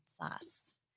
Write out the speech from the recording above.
sauce